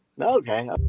Okay